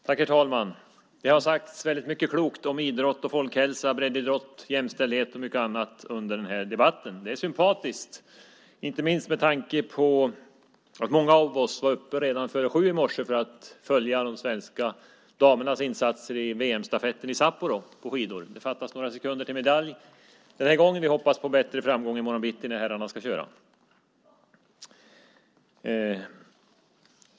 Herr talman! Det har sagts mycket klokt om idrott och folkhälsa, breddidrott, jämställdhet och mycket annat under debatten. Det är sympatiskt, inte minst med tanke på att många av oss var uppe redan före sju i morse för att följa de svenska damernas insatser i VM-stafetten på skidor i Sapporo. Det fattades några sekunder till medalj den här gången, men vi hoppas på bättre framgång i morgon bitti när herrarna ska tävla.